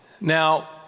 Now